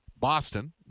Boston